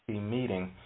meeting